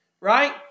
right